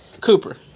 Cooper